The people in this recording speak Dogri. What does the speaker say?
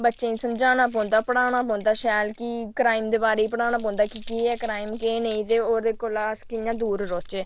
बच्चें ई समझाना पौंदा पढ़ाना पौंदा शैल की क्राईम दे बारै ई पढ़ाना पौंदा की केह् ऐ क्राईम की केह् नेई ओह्दे कोला अस कियां दूर रौह्चै